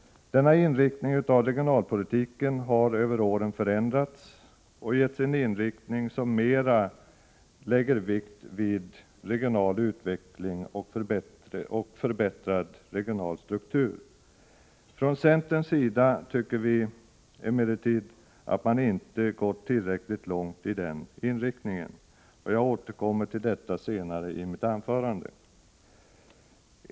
Regionalpolitiken har över åren förändrats och getts en inriktning som mera lägger vikt vid regional utveckling och förbättrad regional struktur. Från centerns sida tycker vi emellertid inte att man gått tillräckligt långt i den inriktningen. Jag återkommer till det senare i mitt anförande.